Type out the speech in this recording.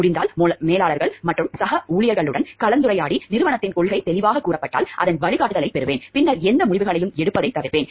முடிந்தால் மேலாளர்கள் மற்றும் சக ஊழியர்களுடன் கலந்துரையாடி நிறுவனத்தின் கொள்கை தெளிவாகக் கூறப்பட்டால் அதன் வழிகாட்டுதலைப் பெறுவேன் பின்னர் எந்த முடிவுகளையும் எடுப்பதைத் தவிர்ப்பேன்